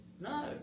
No